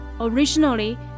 Originally